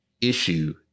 issue